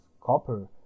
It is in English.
copper